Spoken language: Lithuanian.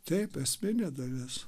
taip esminė dalis